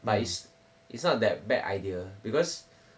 but it's it's not that bad idea because